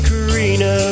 Karina